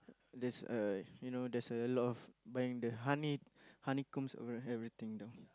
there's a you know there's a lot of buying the honey honey combs over everything there